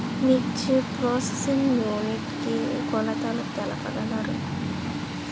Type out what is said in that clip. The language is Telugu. మిర్చి ప్రోసెసింగ్ యూనిట్ కి కొలతలు తెలుపగలరు?